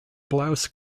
blouse